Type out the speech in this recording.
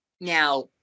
Now